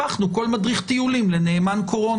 הפכנו כל מדריך טיולים לנאמן קורונה.